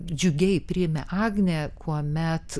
džiugiai priėmė agnė kuomet